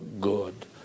good